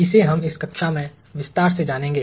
इसे हम इस कक्षा में विस्तार से जानेंगे